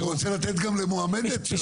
אני רוצה לתת גם למועמדת שלכם לדבר.